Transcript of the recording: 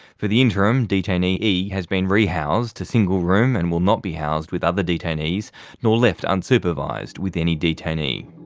for the interim detainee e has been rehoused to single room and will not be housed with other detainees nor left unsupervised with any detainee.